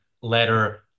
letter